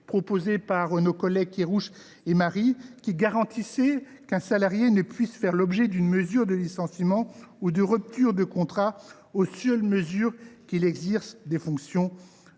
proposé par nos collègues MM. Éric Kerrouche et Didier Marie, qui garantissait qu’un salarié ne puisse faire l’objet d’une mesure de licenciement ou de rupture de contrat au seul motif qu’il exercerait des fonctions